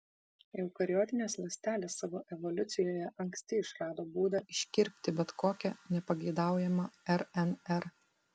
eukariotinės ląstelės savo evoliucijoje anksti išrado būdą iškirpti bet kokią nepageidaujamą rnr